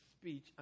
speech